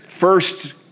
First